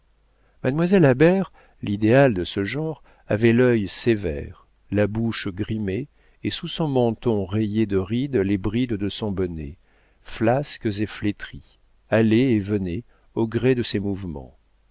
mademoiselle habert l'idéal de ce genre avait l'œil sévère la bouche grimée et sous son menton rayé de rides les brides de son bonnet flasques et flétries allaient et venaient au gré de ses mouvements